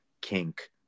kink